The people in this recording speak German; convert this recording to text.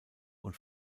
und